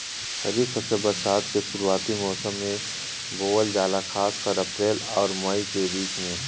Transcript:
खरीफ फसल बरसात के शुरूआती मौसम में बोवल जाला खासकर अप्रैल आउर मई के बीच में